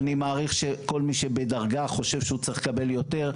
אני מעריך שכל מי שבדרגה חושב שהוא צריך לקבל יותר,